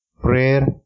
Prayer